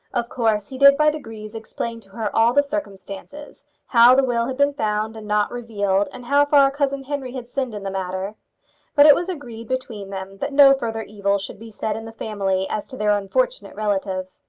of course he did by degrees explain to her all the circumstances how the will had been found and not revealed and how far cousin henry had sinned in the matter but it was agreed between them that no further evil should be said in the family as to their unfortunate relative.